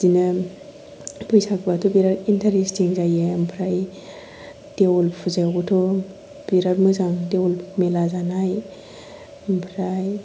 बिदिनो बैसागुआथ' बिराद इनटारेसटिं जायो ओमफ्राय देउल फुजायावबोथ' बिराद मोजां देउल मेला जानाय ओमफ्राय